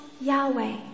Yahweh